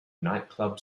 nightclub